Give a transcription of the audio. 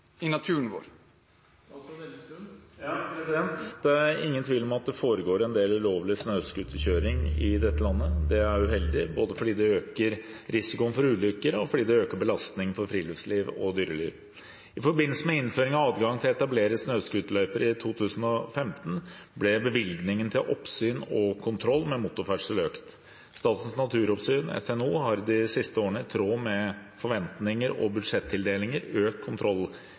i naturen vår?» Det er ingen tvil om at det foregår en del ulovlig snøscooterkjøring i dette landet. Det er uheldig, både fordi det øker risikoen for ulykker og fordi det øker belastningen for friluftsliv og dyreliv. I forbindelse med innføring av adgang til å etablere snøscooterløyper i 2015 ble bevilgningene til oppsyn og kontroll med motorferdsel økt. Statens naturoppsyn, SNO, har de siste årene, i tråd med forventninger og budsjettildelinger, økt